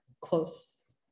close